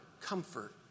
comfort